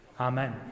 Amen